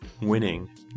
winning